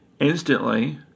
Instantly